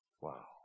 Wow